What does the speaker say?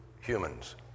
humans